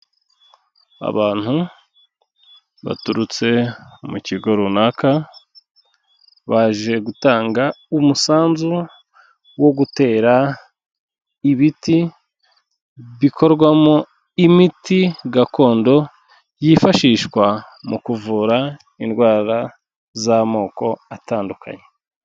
Abantu baturutse mu kigo runaka, baje gutanga umusanzu wo gutera ibiti bikorwamo imiti gakondo, yifashishwa mu kuvura indwara z'amoko atandukanye.